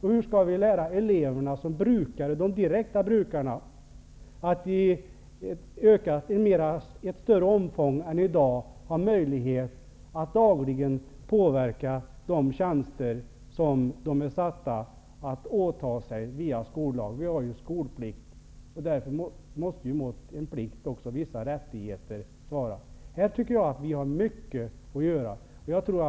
Hur skall eleverna, de direkta brukarna, få möjlighet att i större utsträckning dagligen påverka den chans som skolplikten ger dem? Vi har en skolplikt, och mot en plikt måste det alltid svara vissa rättigheter. Här har vi mycket att göra.